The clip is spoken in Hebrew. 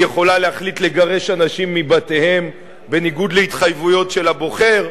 היא יכולה להחליט לגרש אנשים מבתיהם בניגוד להתחייבויות לבוחר,